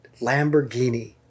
Lamborghini